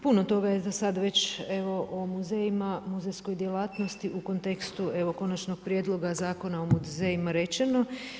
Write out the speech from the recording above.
Puno toga je za sada već evo o muzejima, muzejskoj djelatnosti u kontekstu evo Konačnog prijedloga zakona o muzejima rečeno.